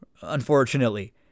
unfortunately